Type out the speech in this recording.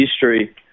history